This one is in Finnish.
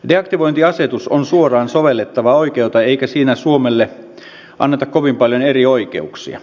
deaktivointiasetus on suoraan sovellettavaa oikeutta eikä siinä suomelle anneta kovin paljon erioikeuksia